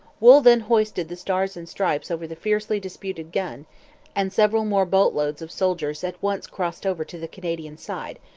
wool then hoisted the stars and stripes over the fiercely disputed gun and several more boatloads of soldiers at once crossed over to the canadian side,